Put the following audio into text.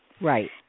right